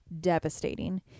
devastating